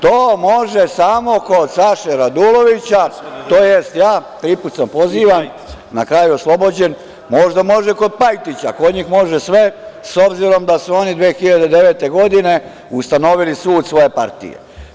To može samo kod Saše Radulovića, tj. ja tri put sam pozivan, na kraju oslobođen, možda može kod Pajkića kod njih može sve, s obzirom da su oni 2009. godine ustanovili sud svoje partije.